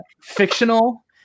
fictional